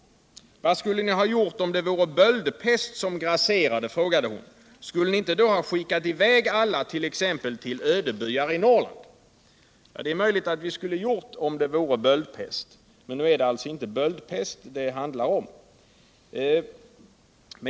”Vad skulle ni gjort, om det vore böldpest som grasserade?” frågade hon. ”Skulle ni då inte ha skickat i väg alla, t.ex. till ödebyar i Norrland?” Det är möjligt att vi skulle ha gjort det om det hade varit fråga om böldpest. Men nu handlar det alltså inte om böldpest.